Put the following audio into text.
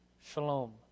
Shalom